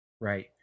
Right